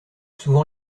souvent